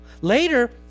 Later